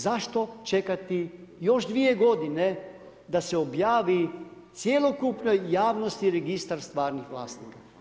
Zašto čekati još dvije godine da se objavi cjelokupnoj javnosti Registar stvarnih vlasnika?